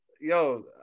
yo